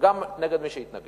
גם נגד מי שהתנגד.